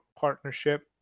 partnership